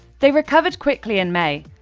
they recovered quickly in may,